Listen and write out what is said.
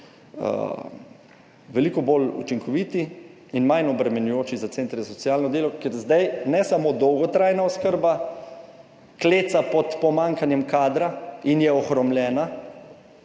veliko bolj učinkoviti in manj obremenjujoči za centre za socialno delo, ker zdaj ne samo dolgotrajna oskrba kleca pod pomanjkanjem kadra in je ohromljena.